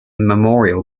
memorial